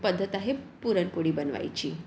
पद्धत आहे पुरणपोळी बनवायची